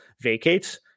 vacates